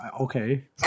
Okay